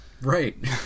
Right